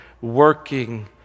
working